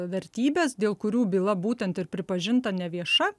vertybes dėl kurių byla būtent ir pripažinta nevieša